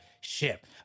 ship